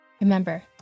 Remember